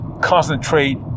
concentrate